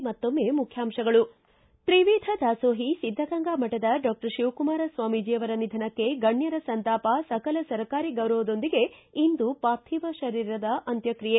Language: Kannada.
ಕೊನೆಯಲ್ಲಿ ಮತ್ತೊಮ್ಮೆ ಮುಖ್ಯಾಂಶಗಳು ಿ ತ್ರಿವಿಧ ದಾಸೋಹಿ ಸಿದ್ದಗಂಗಾ ಮಠದ ಡಾಕ್ಷರ್ ಶಿವಕುಮಾರ ಸ್ವಾಮೀಜಿಯವರ ನಿಧನಕ್ಕೆ ಗಣ್ದರ ಸಂತಾಪ ಸಕಲ ಸರ್ಕಾರಿ ಗೌರವದೊಂದಿಗೆ ಇಂದು ಪಾರ್ಥಿವ ಶರೀರದ ಅಂತ್ಯಕ್ರಿಯೆ